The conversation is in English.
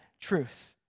truth